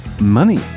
money